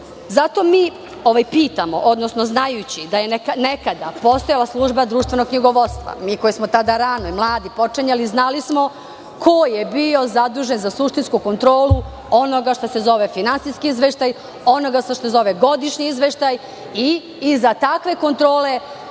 mi pitamo, odnosno znajući da je nekada postojala Služba društvenog knjigovodstva, mi koji smo tada ranije mladi počinjali, znali smo ko je bio zadužen za suštinsku kontrolu onoga što se zove finansijski izveštaj, onoga što se zove godišnji izveštaj i za takve kontrole